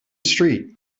street